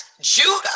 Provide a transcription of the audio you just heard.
Judah